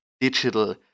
digital